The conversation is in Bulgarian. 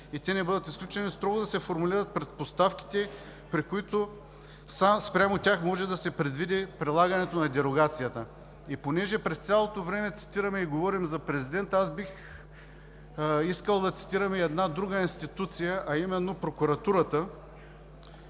и не бъдат изключени, строго да се формулират предпоставките, при които спрямо тях може да се предвиди прилагането на дерогацията. И понеже през цялото време цитираме и говорим за президента, аз бих искал да цитирам една друга институция, а именно Прокуратурата.